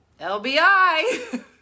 LBI